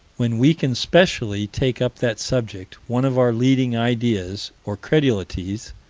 when we can specially take up that subject, one of our leading ideas, or credulities,